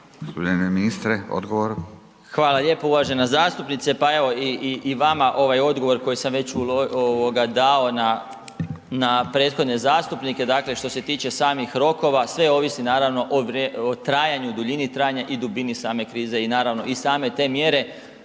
odgovor. **Marić, Zdravko** Hvala lijepo. Uvažena zastupnice, pa evo i vama ovaj odgovor koji sam već dao na prethodne zastupnike. Dakle, što se tiče samih rokova sve ovisi o trajanju i duljini trajanja i dubini same krize. I naravno i same te mjere,